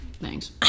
thanks